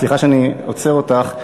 סליחה שאני עוצר אותך.